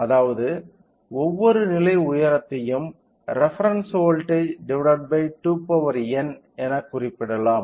அதாவது ஒவ்வொரு நிலை உயரத்தையும் ரெபெரென்ஸ் வோல்ட்டேஜ் ÷ 2n என குறிப்பிடலாம்